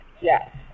yes